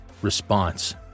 Response